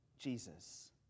Jesus